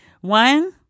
one